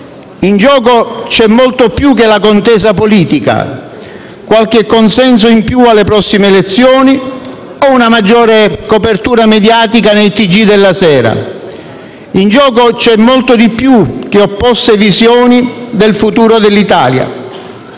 In gioco c'è molto più che la contesa politica, qualche consenso in più alle prossime elezioni o una maggiore copertura mediatica nei tg della sera; in gioco c'è molto di più che opposte visioni del futuro dell'Italia.